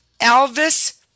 Elvis